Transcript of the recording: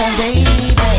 baby